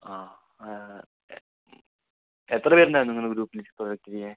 ആ എത്ര പേരുണ്ടായിരുന്നു നിങ്ങളെ ഗ്രൂപ്പിൽ ഈ പ്രോജക്ട് ചെയ്യാൻ